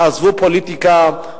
תעזבו פוליטיקה,